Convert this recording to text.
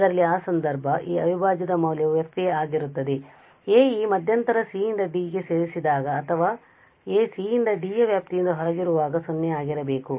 ಅದರಲ್ಲಿ ಆ ಸಂದರ್ಭ ಈ ಅವಿಭಾಜ್ಯದ ಮೌಲ್ಯವು f ಆಗಿರುತ್ತದೆ a ಈ ಮಧ್ಯಂತರ c ಯಿಂದ d ಗೆ ಸೇರಿದಾಗ ಅಥವಾ ಅದು a c ಯಿಂದ d ಯ ವ್ಯಾಪ್ತಿಯಿಂದ ಹೊರಗಿರುವಾಗ 0 ಆಗಿರಬೇಕು